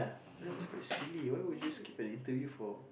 that's quite silly why would you just keep anything for